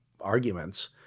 arguments